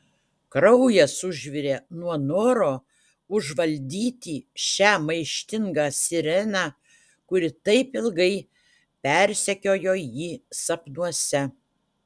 kraujas užvirė nuo noro užvaldyti šią maištingą sireną kuri taip ilgai persekiojo jį sapnuose